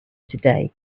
today